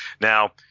Now